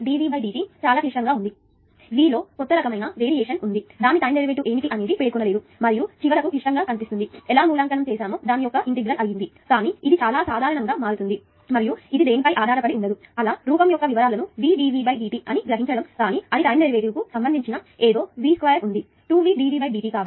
CVdVdt ఇది చాలా క్లిష్టంగా ఉంది V లో కొత్త రకమైన వేరియేషన్ ఉంది దాని టైం డెరివేటివ్ ఏమిటి అనేది పేర్కొనలేదు మరియు చివరకు క్లిష్టంగా కనిపిస్తుంది ఎలా మూల్యాంకనం చేశామో దాని యొక్క ఇంటిగ్రల్ అయింది కానీ ఇది చాలా సాధారణంగా గా మారుతుంది మరియు ఇది దేనిపై ఆధారపడి ఉండదు అలా రూపం యొక్క వివరాలను VdVdt ఉంది అని గ్రహించడం కానీ అది టైం డెరివేటివ్ కు సంబంధించిన ఏదో V2 టైం లో V2 ఉంది 2VdVdtకాబట్టి ఈ భాగం 0